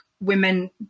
women